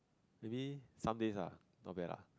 maybe some days lah not bad lah